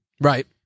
Right